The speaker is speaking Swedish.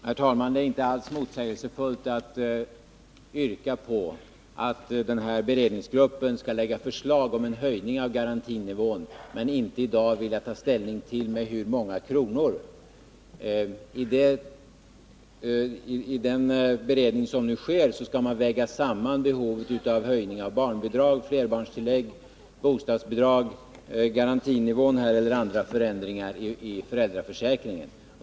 Herr talman! Det är inte alls motsägelsefullt att yrka att beredningsgruppen skall lägga fram ett förslag om höjning av garantinivån men inte i dag vilja ta ställning till hur många kronor höjningen bör vara. Iden beredning som nu sker skall man väga samman behovet av höjningar när det gäller barnbidrag, flerbarnstillägg, bostadsbidrag, garantinivå och andra förändringar i föräldraförsäkringen.